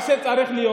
מה שצריך להיות,